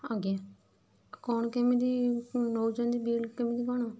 ଆଜ୍ଞା କଣ କେମିତି ନେଉଛନ୍ତି ବିଲ୍ କେମିତି କଣ